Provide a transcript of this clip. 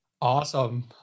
Awesome